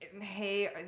hey